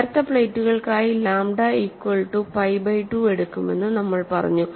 നേർത്ത പ്ലേറ്റുകൾക്കായി lambda equal to pi by 2 എടുക്കുമെന്ന് നമ്മൾ പറഞ്ഞു